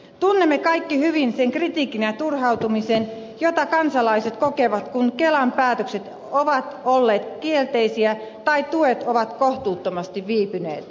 tunnemme kaikki hyvin sen kritiikin ja turhautumisen jota kansalaiset kokevat kun kelan päätökset ovat olleet kielteisiä tai tuet ovat kohtuuttomasti viipyneet